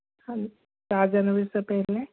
hello चार जनवरी से पहले